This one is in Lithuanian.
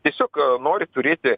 tiesiog nori turėti